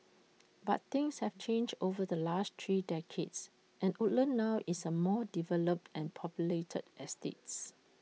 but things have changed over the last three decades and Woodlands now is A more developed and populated estates